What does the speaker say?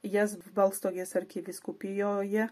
jas balstogės arkivyskupijoje